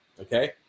okay